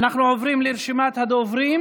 אנחנו עוברים לרשימת הדוברים